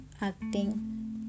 acting